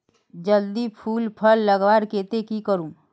जल्दी फूल फल लगवार केते की करूम?